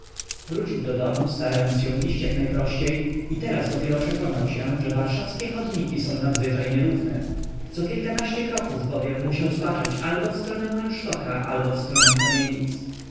wrócił do domu starając się iść jak najprościej i teraz dopiero przekonał się że warszawskie chodniki są nadzwyczaj nierówne co kilkanaście kroków bowiem musiał zbaczać albo w stronę rynsztoka albo w stronę kamienic